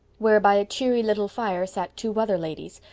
where by a cheery little fire sat two other ladies,